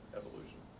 evolution